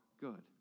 good